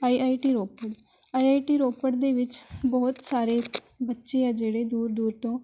I I T Ropar I I T Ropar ਦੇ ਵਿੱਚ ਬਹੁਤ ਸਾਰੇ ਬੱਚੇੇ ਆ ਜਿਹੜੇ ਦੂਰ ਦੂਰ ਤੋਂ